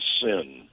sin